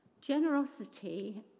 Generosity